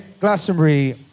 Glastonbury